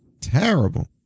Terrible